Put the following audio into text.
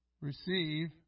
receive